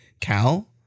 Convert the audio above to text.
Cal